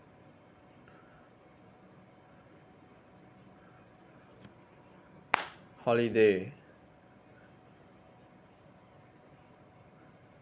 holiday